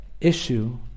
issue